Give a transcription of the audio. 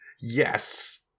Yes